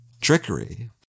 trickery